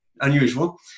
unusual